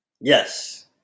Yes